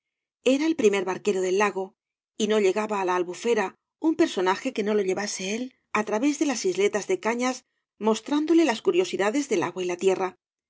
era el primer barquero del lago y no llegaba á la albufera un personaje que no lo llevase él á través de las isíetas de cañas mostrándole las curiosidades del agua y la tierra